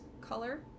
color